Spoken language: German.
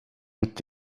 mit